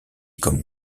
comme